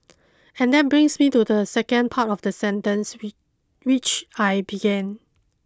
and that brings me to the second part of the sentence with which I began